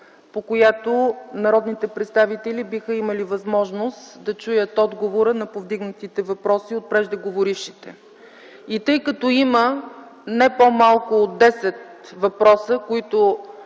по която народните представители биха имали възможност да чуят отговора на повдигнатите въпроси от преждеговорившите. Тъй като има не по-малко от десет въпроса, които